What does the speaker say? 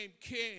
king